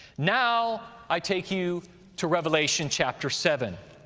now i take you to revelation chapter seven.